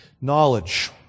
Knowledge